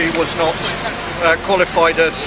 was not qualified